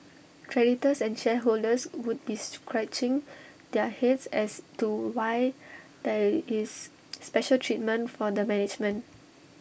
creditors and shareholders would be scratching their heads as to why there is special treatment for the management